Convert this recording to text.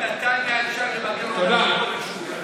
בנתניה, אפשר למגר אותה בכל יישוב.